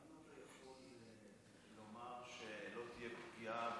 האם אתה יכול לומר שלא תהיה פגיעה